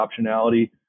optionality